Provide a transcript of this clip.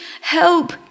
help